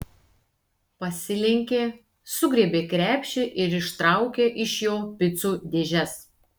pasilenkė sugriebė krepšį ir ištraukė iš jo picų dėžes